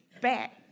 back